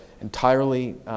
entirely